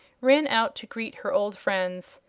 ran out to greet her old friends.